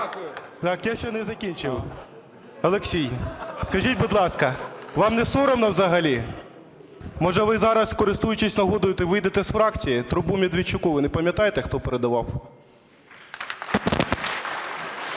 Я ще не закінчив. Олексій, скажіть, будь ласка, вам не соромно взагалі? Може, ви зараз, користуючись нагодою, вийдете з фракції? Трубу Медведчуку ви не пам'ятаєте хто передавав?